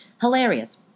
Hilarious